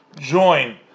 join